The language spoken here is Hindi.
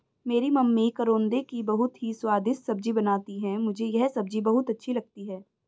मेरी मम्मी करौंदे की बहुत ही स्वादिष्ट सब्जी बनाती हैं मुझे यह सब्जी बहुत अच्छी लगती है